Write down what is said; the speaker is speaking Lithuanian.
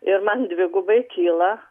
ir man dvigubai kyla